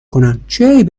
کنن، چه